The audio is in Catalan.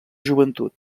joventut